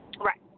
Right